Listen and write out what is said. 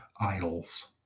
idols